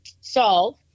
solve